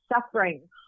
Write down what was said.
suffering